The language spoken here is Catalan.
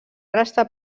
restar